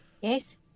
Yes